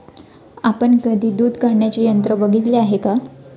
आपण कधी दूध काढण्याचे यंत्र बघितले आहे का?